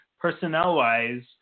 Personnel-wise